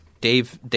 Dave